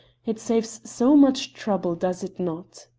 it saves so much trouble, does it not?